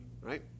right